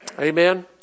Amen